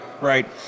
Right